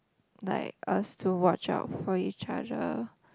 like us to watch out for each other